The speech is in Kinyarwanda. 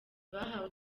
bahawe